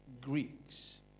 Greeks